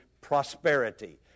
prosperity